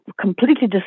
completely